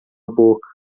boca